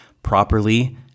properly